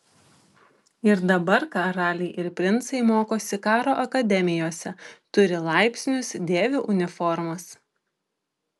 ir dabar karaliai ir princai mokosi karo akademijose turi laipsnius dėvi uniformas